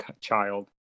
child